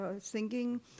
singing